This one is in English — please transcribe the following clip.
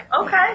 Okay